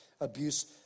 abuse